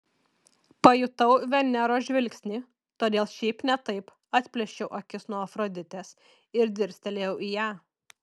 pajutau veneros žvilgsnį todėl šiaip ne taip atplėšiau akis nuo afroditės ir dirstelėjau į ją